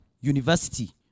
university